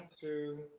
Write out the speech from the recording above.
two